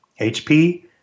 HP